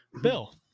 Bill